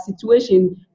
situation